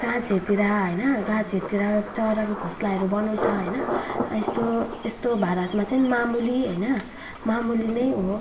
गाछहरूतिर होइन गाछहरूतिर चराको खोसलाहरू बनाउँछ होइन यस्तो यस्तो भारतमा चाहिँ मामुली होइन मामुली नै हो